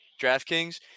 DraftKings